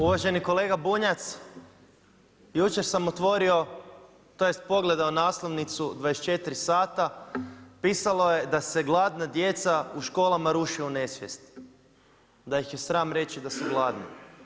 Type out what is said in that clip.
Uvaženi kolega Bunjac, jučer sam otvori tj. pogledao naslovnicu 24 sata, pisalo je da se gladna djeca u školama ruše u nesvijest, da ih je sram reći da su gladni.